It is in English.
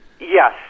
Yes